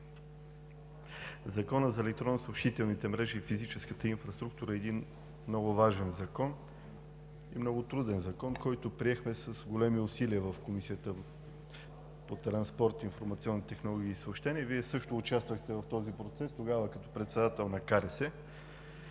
Законът за електронно съобщителните мрежи и физическата инфраструктура е един много важен закон и много труден закон, който приехме с големи усилия в Комисията по транспорт, информационни технологии и съобщения. Вие също участвахте в този процес – тогава като председател на